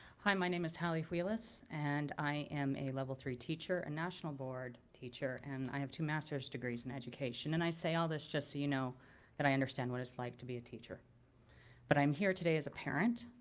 hi, my name is holly weiless and i am a level three teacher, a national board teacher and i have two masters degrees in education and i say all this just so you know that i understand what it's like to be a teacher but i'm here today as a parent.